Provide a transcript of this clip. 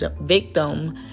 victim